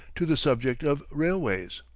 to the subject of railways.